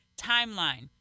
timeline